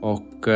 Och